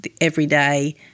everyday